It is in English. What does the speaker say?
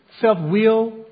self-will